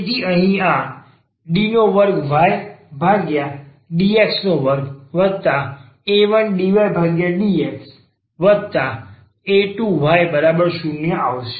તેથી અહીં આ d2ydx2a1dydxa2y0 આવશે